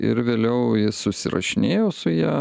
ir vėliau jis susirašinėjo su ja